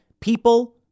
people